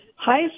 hi